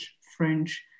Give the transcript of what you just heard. French